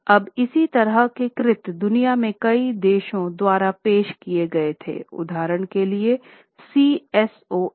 अब इसी तरह के कृत्य दुनिया के कई देशों द्वारा पेश किए गए थे उदाहरण के लिए C SOX